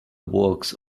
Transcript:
works